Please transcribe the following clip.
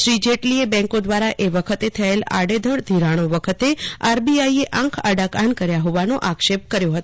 શ્રી જેટલીએ બેંકો દ્વારા એ વખતે થયેલા આડેધડ ધિરાણો વખતે આરબીઆઈએ આંખ આડા કાન કર્યા હોવાનો આક્ષેપ કર્યો હતો